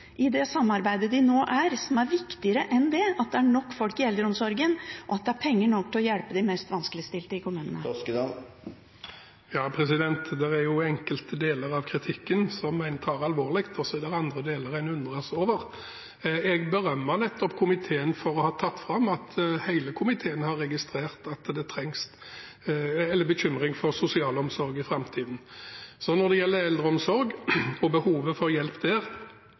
i det samarbeidet de er i nå, og som er viktigere enn at det er nok folk i eldreomsorgen, og at det er penger nok til å hjelpe de mest vanskeligstilte i kommunene? Det er enkelte deler av kritikken som en tar alvorlig, og så er det andre deler som en undres over. Jeg berømmet nettopp komiteen for at hele komiteen har registrert bekymring for sosialomsorgen i framtiden. Når det gjelder eldreomsorg og behovet for hjelp der,